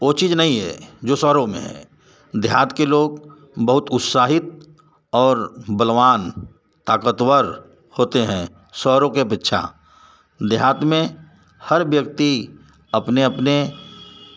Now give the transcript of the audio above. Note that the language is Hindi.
ओ चीज़ नहीं है जो शहरों में है देहात के लोग बहुत उत्साहित और बलवान ताक़तवर होते हैं शहरों की अपेक्षा देहात में हर व्यक्ति अपने अपने